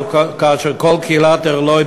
לאחר שכל קהילת ערלוי,